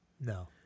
No